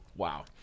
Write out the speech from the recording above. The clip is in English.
Wow